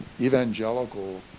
evangelical